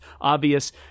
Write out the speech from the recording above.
obvious –